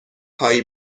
هایی